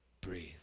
breathe